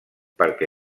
perquè